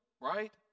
right